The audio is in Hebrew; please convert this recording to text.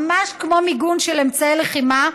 ממש כמו מיגון של אמצעי לחימה.